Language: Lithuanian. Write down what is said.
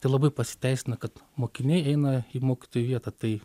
tai labai pasiteisina kad mokiniai eina į mokytojų vietą tai